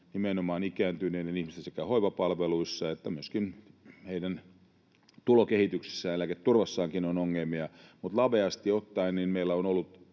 nimenomaan ikääntyneiden ihmisten hoivapalveluissa että myöskin heidän tulokehityksessään — eläketurvassaankin on ongelmia. Laveasti ottaen meillä on ollut